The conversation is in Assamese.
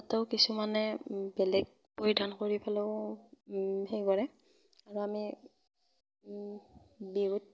ত' কিছুমানে বেলেগ পৰিধান কৰি পেলাইও সেই কৰে আৰু আমি বিহুত